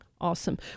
Awesome